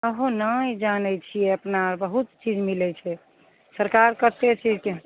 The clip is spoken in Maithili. ने हो नहि जानैत छियै अपना आर बहुत चीज मिलैत छै सरकार कतेक चीजके